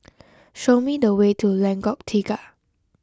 show me the way to Lengkok Tiga